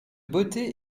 beauté